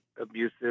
abusive